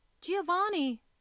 Giovanni